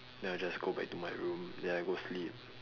then I will just go back to my room then I go sleep